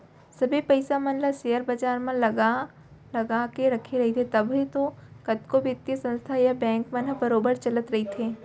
सबे पइसा मन ल सेयर बजार म लगा लगा के रखे रहिथे तभे तो कतको बित्तीय संस्था या बेंक मन ह बरोबर चलत रइथे